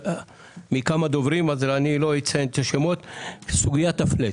ונשאלה על ידי כמה דוברים, סוגיית הפלט.